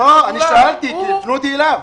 אני שאלתי והפנו אותי אליו.